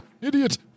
Idiot